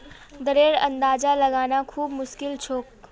दरेर अंदाजा लगाना खूब मुश्किल छोक